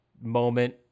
moment